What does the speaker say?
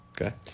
Okay